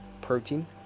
protein